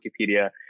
Wikipedia